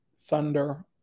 Thunder